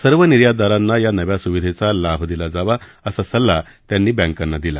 सर्व निर्यातदारांना या नव्या स्विधेचा लाभ दिला जावा असा सल्ला त्यांनी बँकांना दिला